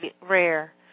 rare